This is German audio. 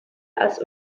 als